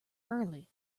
early